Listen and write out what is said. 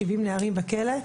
שבעים נערים בכלא,